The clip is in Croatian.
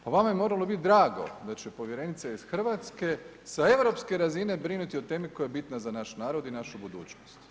Pa vama je moralo biti drago da će povjerenica iz Hrvatske sa europske razine brinuti o temi koja je bitna za naš narod i našu budućnost.